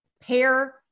pair